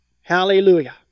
Hallelujah